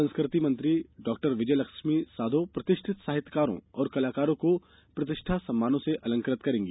संस्कृति मंत्री डॉक्टर विजयलक्ष्मी साधौ प्रतिष्ठित साहित्यकारों एवं कलाकारों को प्रतिष्ठा सम्मानों से अलंकृत करेंगी